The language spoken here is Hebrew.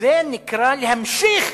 זה נקרא להמשיך